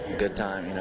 good times,